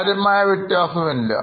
കാര്യമായ വ്യത്യാസമില്ല